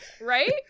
Right